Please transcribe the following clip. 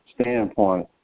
standpoint